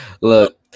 Look